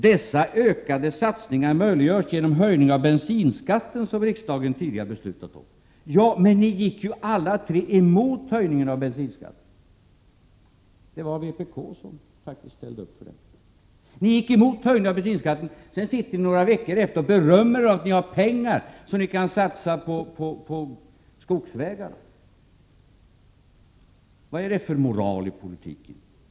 Dessa ökade satsningar möjliggörs genom höjningen av bensinskatten som riksdagen tidigare beslutat om —---.” Men ni gick ju alla tre emot höjningen av bensinskatten. Det var vpk som faktiskt ställde upp för den. Ni gick emot höjningen av bensinskatten, sedan sitter ni några veckor efteråt och berömmer er av att ha pengar som ni kan satsa på skogsvägarna. Vad är det för moral i politiken?